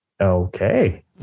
Okay